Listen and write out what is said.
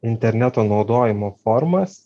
interneto naudojimo formas